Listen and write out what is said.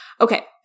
Okay